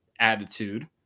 attitude